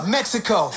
Mexico